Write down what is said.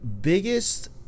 biggest